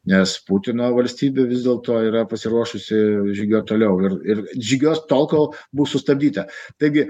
nes putino valstybė vis dėlto yra pasiruošusi žygiuot toliau ir ir žygiuos tol kol bus sustabdyta taigi